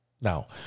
Now